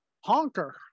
Honker